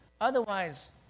Otherwise